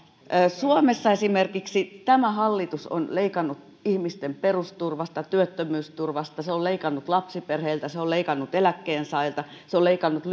suomessa tämä hallitus on esimerkiksi leikannut ihmisten perusturvasta työttömyysturvasta lapsiperheiltä ja eläkkeensaajilta ja se on leikannut